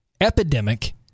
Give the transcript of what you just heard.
epidemic